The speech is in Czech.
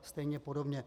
stejně podobně.